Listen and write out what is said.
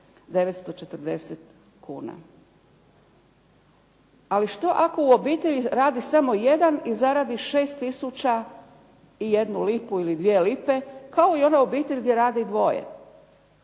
2940 kuna. Ali što ako u obitelji radi samo 1 i zaradi 6 tisuća i 1 lipu ili 2 lipe kao i ova obitelj gdje radi dvoje?